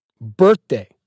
Birthday